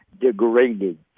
degraded